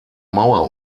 mauer